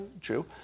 true